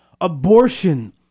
abortion